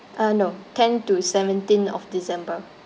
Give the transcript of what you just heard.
uh no ten to seventeen of december